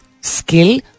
skill